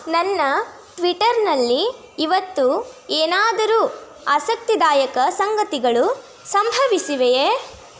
ನನ್ನ ಟ್ವಿಟ್ಟರ್ನಲ್ಲಿ ಇವತ್ತು ಏನಾದರೂ ಆಸಕ್ತಿದಾಯಕ ಸಂಗತಿಗಳು ಸಂಭವಿಸಿವೆಯೇ